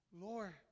Lord